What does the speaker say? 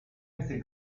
ese